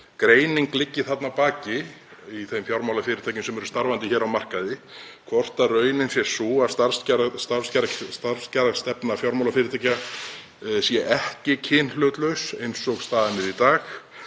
greining liggi þarna að baki í þeim fjármálafyrirtækjum sem eru starfandi á markaði, hvort raunin sé sú að starfskjarastefna fjármálafyrirtækja sé ekki kynhlutlaus eins og staðan er í dag.